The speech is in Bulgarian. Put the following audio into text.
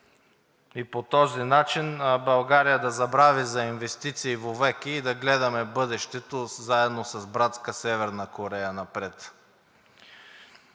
И по този начин България да забрави за инвестиции во веки и да гледаме бъдещето заедно с братска Северна Корея напред.